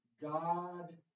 God